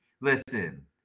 Listen